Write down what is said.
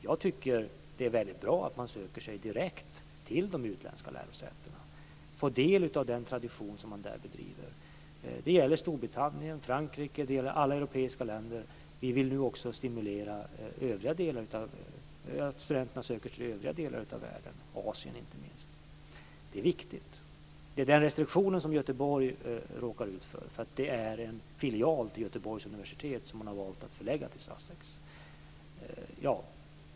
Jag tycker att det är väldigt bra att man söker sig direkt till de utländska lärosätena och får del av den tradition som man har där. Det gäller Storbritannien, Frankrike och alla andra europeiska länder. Vi vill nu också stimulera studenterna att söka sig till övriga delar av världen - inte minst till Asien. Det är viktigt. Den restriktion som Göteborg råkar ut för beror på att det handlar om en filial till Göteborgs universitet som man har valt att förlägga till Sussex.